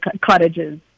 cottages